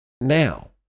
now